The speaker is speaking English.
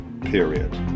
period